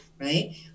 right